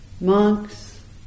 Monks